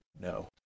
no